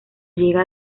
llega